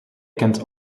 kent